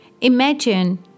imagine